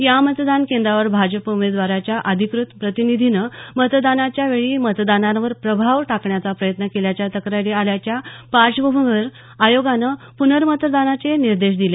या मतदान केंद्रावर भाजप उमेदवाराच्या अधिकृत प्रतिनिधीनं मतदानाच्या वेळी मतदारांवर प्रभाव टाकण्याचा प्रयत्न केल्याच्या तक्रारी आल्याच्या पार्श्वभूमीवर आयोगानं प्नर्मतदानाचे निर्देश दिले